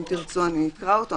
אם תרצו אקרא אותו.